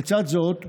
לצד זאת,